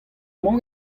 mañ